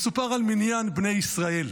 מסופר על מניין בני ישראל.